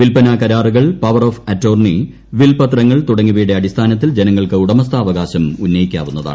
വിൽപ്പനാ കരാറുകൾ power of attorney വിൽപ്പത്രങ്ങൾ തുടങ്ങിയവയുടെ അടിസ്ഥാനത്തിൽ ജനങ്ങൾക്ക് ഉടമസ്ഥാവകാശം ഉന്നയിക്കാവുന്നതാണ്